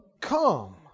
come